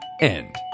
end